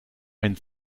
ein